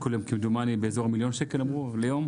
וכמדומני שאמרו שהוא מפסיד מיליון שקלים ביום.